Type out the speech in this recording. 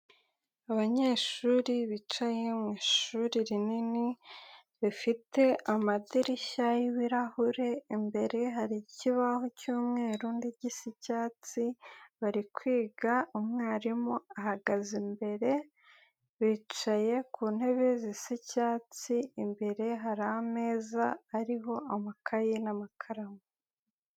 Abanyeshuri bicaye mu ishuri rinini rifite amadirishya y'ibirahure, imbere hari ikibaho cy'umweru ndetse n'igisa icyatsi bari kwiga, umwarimu ahagaze imbere, bicaye ku ntebe zisa icyatsi, imbere hari ameza ariho amakaye n'amakaramu.